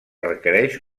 requereix